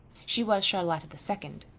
she was charlotta the second,